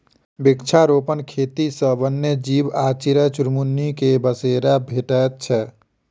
वृक्षारोपण खेती सॅ वन्य जीव आ चिड़ै चुनमुनी के बसेरा भेटैत छै